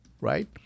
Right